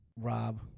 Rob